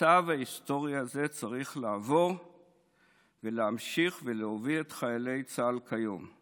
הצו ההיסטורי הזה צריך לעבור ולהמשיך ולהוביל את חיילי צה"ל היום.